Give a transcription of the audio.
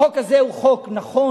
החוק הזה הוא חוק נכון,